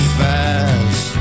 fast